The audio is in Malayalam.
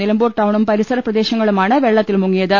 നിലമ്പൂർ ടൌണും പരിസരപ്രദേശങ്ങളുമാണ് വെള്ളത്തിൽമുങ്ങിയത്